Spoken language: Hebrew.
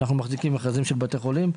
אנחנו מחזיקים מכרזים של בתי חולים.